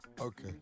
Okay